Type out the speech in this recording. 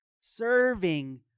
serving